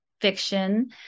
Fiction